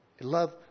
love